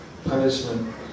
punishment